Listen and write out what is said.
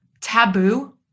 taboo